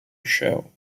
show